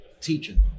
teaching